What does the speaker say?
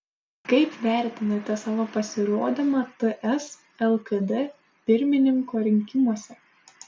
kaip vertinate savo pasirodymą ts lkd pirmininko rinkimuose